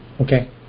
Okay